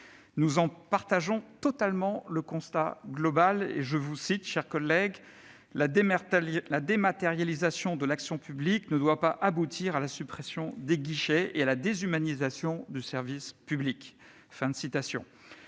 Nous partageons totalement le constat global :« La dématérialisation de l'action publique ne doit pas aboutir à la suppression des guichets et à la déshumanisation du service public.